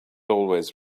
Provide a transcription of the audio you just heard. always